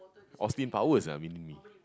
Austin-Powers ah mini-me